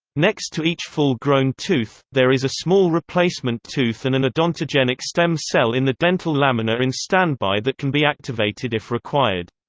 next to each full-grown tooth, there is a small replacement tooth and an odontogenic stem cell in the dental lamina in standby that can be activated if required.